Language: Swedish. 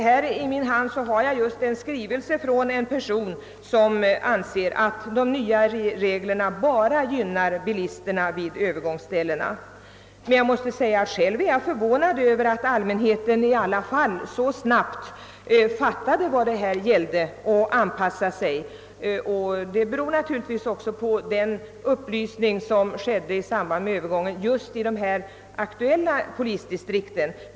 Här i min hand har jag en skrivelse från en person som menar att de nya reglerna vid övergångsställena bara gynnar bilisterna. Själv är jag förvånad över att allmänheten i alla fall så snabbt har fattat vad saken gäller och anpassat sig. Det beror naturligtvis på den upplysning som gavs i anslutning till de nya bestämmelserna i de aktuella polisdistrikten.